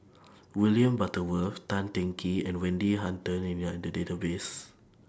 William Butterworth Tan Teng Kee and Wendy Hutton and We Are in The Database